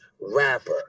rapper